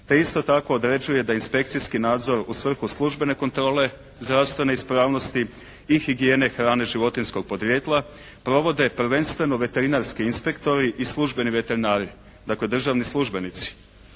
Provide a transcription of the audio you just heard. Te isto tako određuje da inspekcijski nadzor u svrhu službene kontrole zdravstvene ispravnosti i higijene hrane životinjskog porijekla provode prvenstveno veterinarski inspektori i službeni veterinari. Dakle državni službenici.